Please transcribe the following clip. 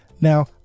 Now